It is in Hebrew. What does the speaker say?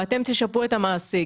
ואתם תשפו את המעסיק.